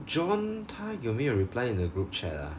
john 他有没有 reply in the group chat ah